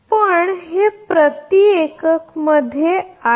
पण हे प्रति युनिट मध्ये आहे